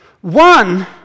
One